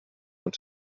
com